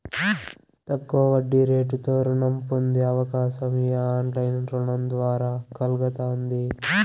తక్కువ వడ్డీరేటుతో రుణం పొందే అవకాశం ఈ ఆన్లైన్ రుణం ద్వారా కల్గతాంది